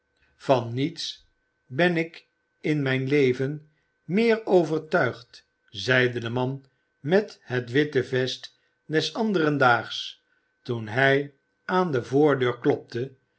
van niets ben ik in mijn leven meer overtuigd zeide de man met het witte vest des anderen daags toen hij aan de voordeur klopte